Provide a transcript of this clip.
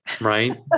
Right